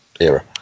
era